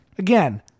Again